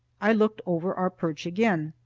i looked over our perch again.